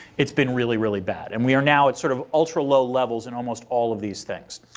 it's been really, really bad. and we are now at sort of ultra low levels in almost all of these things.